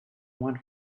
one